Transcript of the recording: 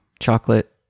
chocolate